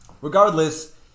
Regardless